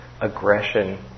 aggression